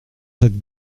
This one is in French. cette